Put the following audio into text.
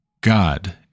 God